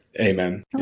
Amen